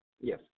Yes